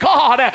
God